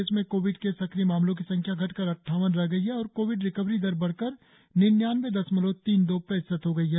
प्रदेश में कोविड के सक्रिय मामलों की संख्या घटकर अट्ठावन रह गई है और कोविड रिकवरी दर बढ़कर निन्यानबे दशमलव तीन दो प्रतिशत हो गई है